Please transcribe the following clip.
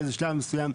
באיזה שלב מסוים הם.